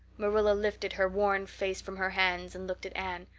marilla lifted her worn face from her hands and looked at anne.